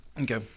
Okay